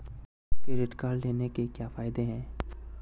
Credit card लेने के क्या फायदे हैं?